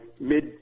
Mid